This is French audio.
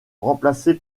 remplacé